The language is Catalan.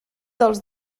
dels